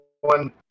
one